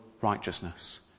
righteousness